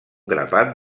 grapat